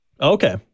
Okay